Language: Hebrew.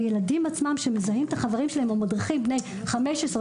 הילדים עצמם שמזהים את החברים שלהם או המדריכים בני 15,